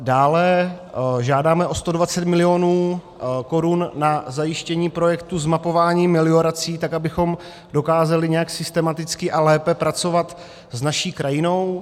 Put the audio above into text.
Dále žádáme o 120 milionů korun na zajištění projektu zmapování meliorací, abychom dokázali nějak systematicky a lépe pracovat s naší krajinou.